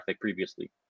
previously